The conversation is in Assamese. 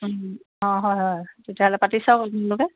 অঁ হয় হয় তেতিয়াহ'লে পাতি চাওঁক আপোনালোকে